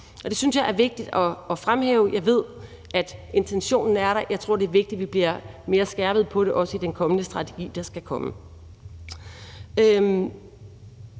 Det synes jeg er vigtigt at fremhæve. Jeg ved, at intentionen er der, og jeg tror, det er vigtigt, at vi bliver mere skarpe på det, også i den kommende strategi. I samme